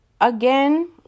again